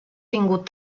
tingut